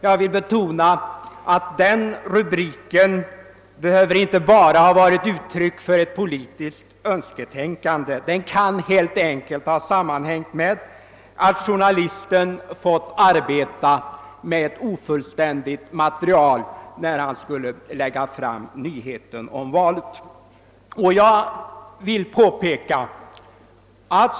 Jag vill betona att denna rubrik inte behövde vara uttryck för ett politiskt önsketänkande; den kan helt enkelt ha sammanhängt med att journalisten hade fått arbeta med ett ofullständigt röstmaterial när han skulle lägga fram nyheten om valet.